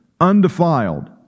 undefiled